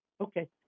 Okay